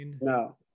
no